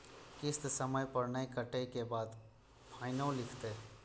किस्त समय पर नय कटै के बाद फाइनो लिखते?